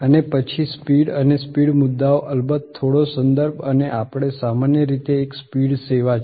અને પછી સ્પીડ અને સ્પીડ મુદ્દાઓ અલબત્ત થોડો સંદર્ભ અને આપણે સામાન્ય રીતે એક સ્પીડ સેવા છે